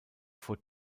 vor